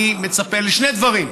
אני מצפה לשני דברים: